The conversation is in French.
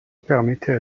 permettait